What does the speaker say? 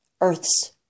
earth's